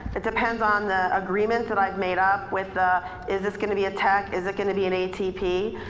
it depends on the agreement that i've made up with ah is this gonna be a tech, is it gonna be an atp?